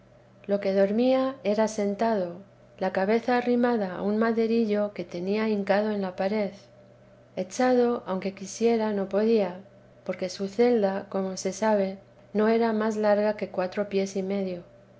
lo que dormía era sentado la cabeza ahirmada a un maderillo que tenía hincado en la pared echado aunque quisiera no podía porque su celda como se sabe no era más larga que cuatro pies y medio